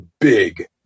big